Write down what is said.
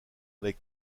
avec